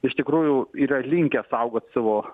iš tikrųjų yra linkę saugot savo